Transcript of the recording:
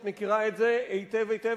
את מכירה את זה היטב היטב,